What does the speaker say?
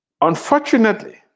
Unfortunately